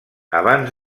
abans